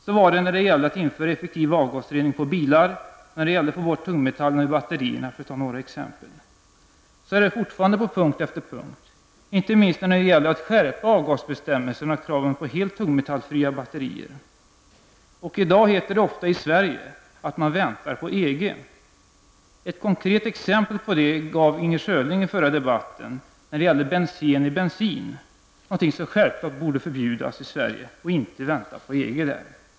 Så var det när det gällde att införa effektiv avgasrening på bilar och för att få bort tungmetallerna ur batterierna, för att ta några exempel. Så är det fortfarande på punkt efter punkt, inte minst när det gäller att skärpa avgasbestämmelserna och beträffande kravet på helt tungmetallfria batterier. I dag heter det ofta i Sverige att man väntar på EG. Ett konkret exempel på det gav Inger Schörling i förra debatten. Det gällde bensen i bensin, någonting som självklart borde förbjudas i Sverige. Där skall vi inte vänta på EG.